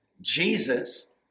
Jesus